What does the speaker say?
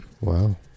Wow